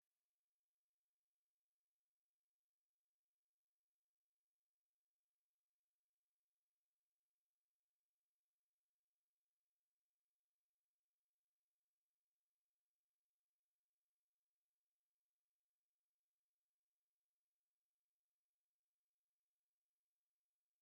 Ibibumbano bigiye bitandukanye bifasha abantu babikora kuba bakwiteza imbere. Ikindi kandi, ababumbyi bafatwa nk'abantu bigenzi bafasha igihugu cyacu cy'u Rwanda gusigasira amateka n'umuco wacu. Uyu mwuga kandi tuzi ko usigaye wigwa mu mashuri y'imyuga n'ubumenyingiro.